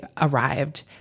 arrived